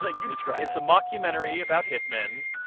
like you describe it it's a mockumentary about hit men.